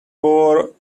war